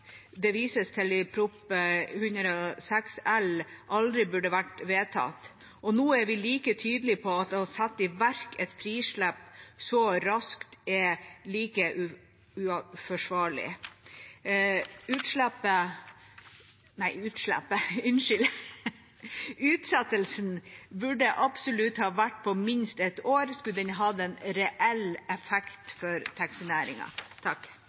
det vises til i Prop. 106 L for 2019–2020, aldri burde ha vært vedtatt. Nå er vi like tydelig på at å sette i verk et frislipp så raskt er like uforsvarlig. Utsettelsen burde absolutt ha vært på minst ett år, skulle den ha hatt en reell